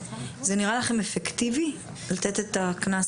זה נראה לכם אפקטיבי לתת את הקנס